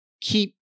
keep